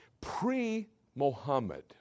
Pre-Mohammed